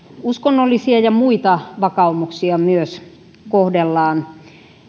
uskonnollisia ja muita vakaumuksia myös kohdellaan